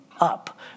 up